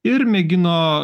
ir mėgino